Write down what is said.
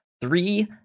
Three